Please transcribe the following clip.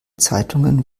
zeitungen